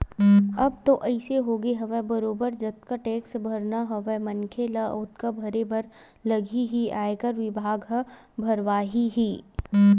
अब तो अइसे होगे हवय बरोबर जतका टेक्स भरना हवय मनखे ल ओतका भरे बर लगही ही आयकर बिभाग ह भरवाही ही